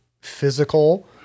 physical